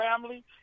family